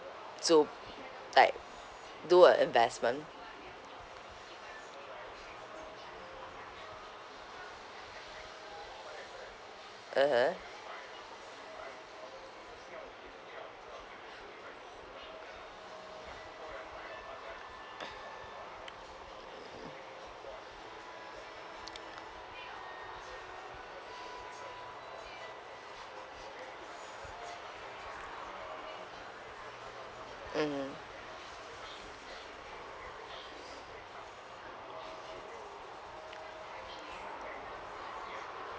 to like do a investment (uh huh) mmhmm